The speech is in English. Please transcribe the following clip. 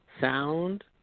sound